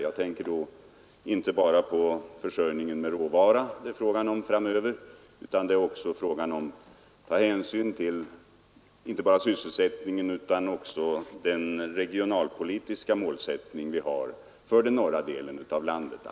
Jag tänker då inte bara på försörjningen med råvara utan också på sysselsättningen inom skogsbruket och den regionalpolitiska målsättning vi har för norra delen av landet.